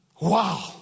Wow